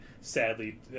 sadly